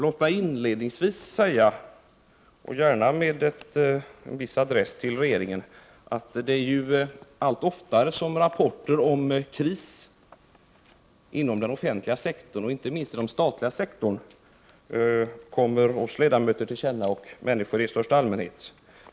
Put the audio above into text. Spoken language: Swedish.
Först vill jag säga — gärna med viss adress till regeringen — att det ju allt oftare kommer rapporter om kris inom den offentliga sektorn — inte minst den statliga sektorn — till kännedom för oss ledamöter och för människor i största allmänhet.